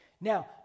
Now